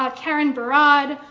ah karen barad,